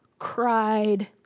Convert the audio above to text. Cried